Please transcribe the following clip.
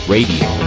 Radio